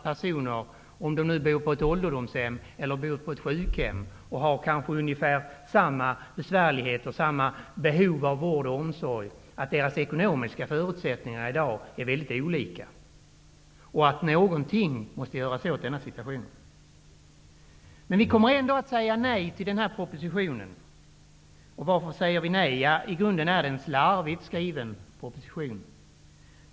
Personer som bor på ett ålderdomshem och personer som bor på ett sjukhem har i dag väldigt olika ekonomiska förutsättningar, fastän de kanske har ungefär samma besvär och samma behov av vård och omsorg. Någonting måste därför göras åt denna situation. Socialdemokraterna kommer ändå att säga nej till den här propositionen. Varför säger vi då nej? Jo, i grunden är propositionen slarvigt skriven.